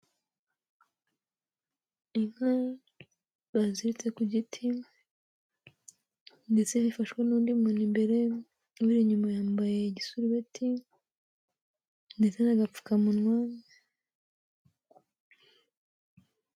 Inka baziritse ku giti ndetse yafashwe n'undi muntu imbere, uri inyuma yambaye igisubeti ndetse n'agapfukamunwa.